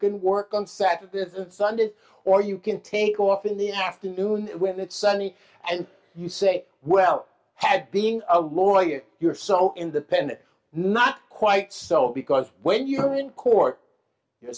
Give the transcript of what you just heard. can work on saturday or sunday or you can take off in the afternoon when it's sunny and you say well i had being a lawyer you're so independent not quite so because when you're in court you